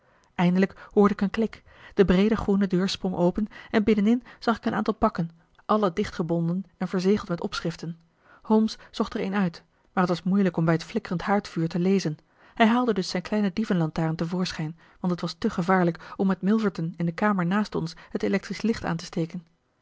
eindelijk hoorde ik een klik de breede groene deur sprong open en binnenin zag ik een aantal pakken alle dichtgebonden en verzegeld met opschriften holmes zocht er een uit maar het was moeilijk om bij het flikkerend haardvuur te lezen hij haalde dus zijn kleine dievenlantaarn te voorschijn want het was te gevaarlijk om met milverton in de kamer naast ons het electrisch licht aan te steken